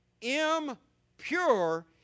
Impure